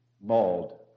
Mauled